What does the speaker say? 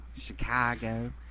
Chicago